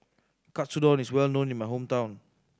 katsudon is well known in my hometown